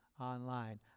online